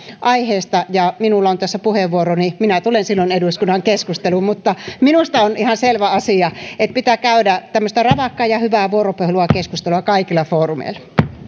aiheesta ja minulla on tässä puheenvuoro niin minä tulen silloin eduskunnan keskusteluun mutta minusta on ihan selvä asia että pitää käydä tämmöistä räväkkää ja hyvää vuoropuhelua ja keskustelua kaikilla foorumeilla